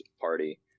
Party